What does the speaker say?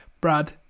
Brad